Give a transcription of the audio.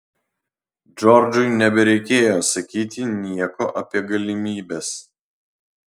džordžui nebereikėjo sakyti nieko apie galimybes